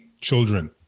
children